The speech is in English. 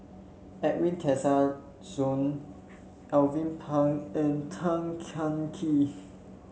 Edwin Tessensohn Alvin Pang and Tan Kah Kee